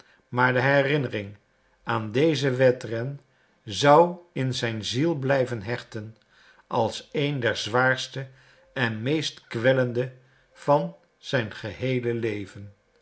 maar de herinnering aan dezen wedren zou in zijn ziel blijven hechten als een der zwaarste en meest kwellende van zijn geheele leven